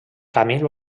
camil